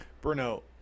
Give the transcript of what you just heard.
Bruno